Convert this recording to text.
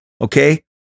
Okay